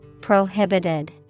Prohibited